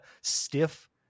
stiff